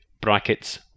brackets